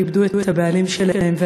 שאיבדו את הבעלים שלהן,